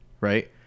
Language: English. right